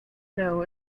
know